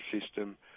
system